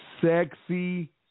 sexy